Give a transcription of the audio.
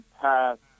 past